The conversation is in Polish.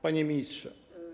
Panie Ministrze!